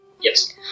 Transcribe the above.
Yes